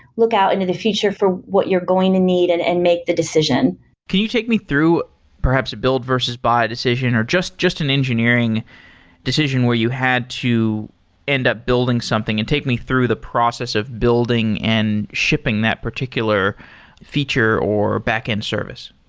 look out into the future for what you're going to need and and make the decision can you take me through perhaps a build versus buy decision or just just an engineering decision where you have to end up building something, and take me through the process of building and shipping that particular feature or backend service.